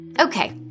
okay